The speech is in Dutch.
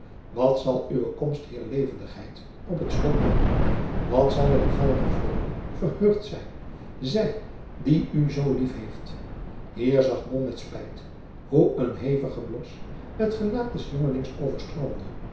wat zal uwe komst hier levendigheid op het slot brengen wat zal de bevallige freule verheugd zijn zij die u zoo lief heeft hier zag mom met spijt hoe een hevige blos het gelaat des